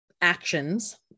actions